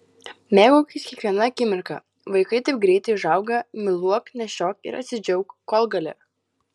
mėgaukis kiekviena akimirka vaikai taip greitai užauga myluok nešiok ir atsidžiauk kol gali